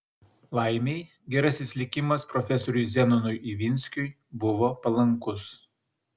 laimei gerasis likimas profesoriui zenonui ivinskiui buvo palankus